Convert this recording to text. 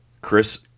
Chris